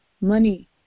money